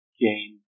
gain